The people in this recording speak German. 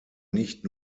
nicht